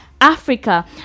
Africa